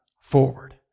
forward